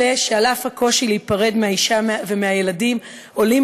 אלה שעל אף הקושי להיפרד מהאישה ומהילדים עולים